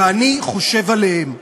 ואני חושב עליהם.